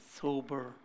sober